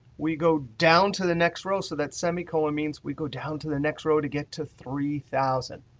we go down to the next row. so that semicolon means we go down to the next row to get to three thousand.